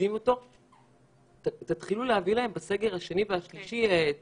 שפוקדים את הענף הזה סכיני גילוח ותלייה בסגר השלישי והרביעי.